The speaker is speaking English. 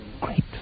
Great